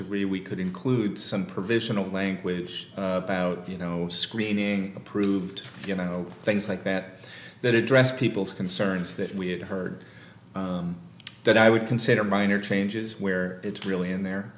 degree we could include some provision of language about you know screening approved you know things like that that address people's concerns that we had heard that i would consider minor changes where it's really in the